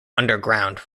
underground